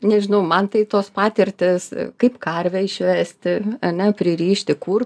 nežinau man tai tos patirtys kaip karvę išvesti ane pririšti kur